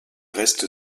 reste